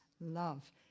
love